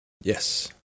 Yes